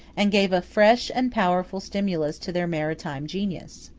and gave a fresh and powerful stimulus to their maritime genius.